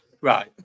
Right